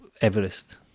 Everest